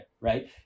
right